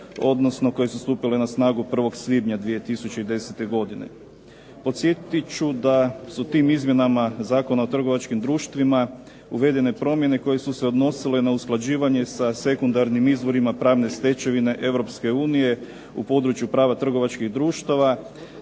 odnosno koje su stupile na snagu 1. svibnja 2010. godine. Podsjetit ću da su tim izmjenama Zakona o trgovačkim društvima uvedene promjene koje su se odnosile na usklađivanje sa sekundarnim izvorima pravne stečevine Europske unije u području prava trgovačkih društava,